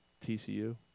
TCU